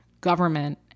government